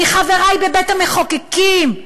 מחברי בבית-המחוקקים,